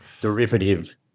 derivative